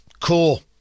Cool